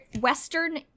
western